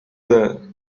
that